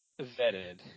vetted